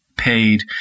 paid